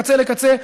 מקצה לקצה,